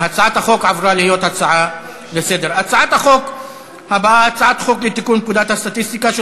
להצעה לסדר-היום ולהעביר את הנושא לוועדת החוץ והביטחון נתקבלה.